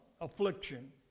affliction